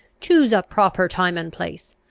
choose a proper time and place.